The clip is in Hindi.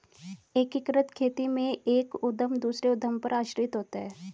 एकीकृत खेती में एक उद्धम दूसरे उद्धम पर आश्रित होता है